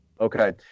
Okay